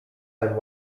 ten